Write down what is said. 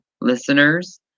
listeners